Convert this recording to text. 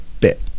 bit